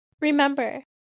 Remember